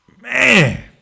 man